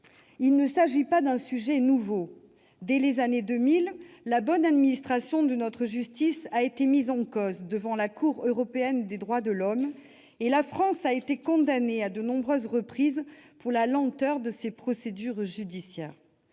Il ne s'agit pas d'un sujet nouveau. Dès les années 2000, la bonne administration de notre justice a été mise en cause devant la Cour européenne des droits de l'homme, la CEDH, et la France a été condamnée à de nombreuses reprises pour la lenteur de ses procédures judiciaires.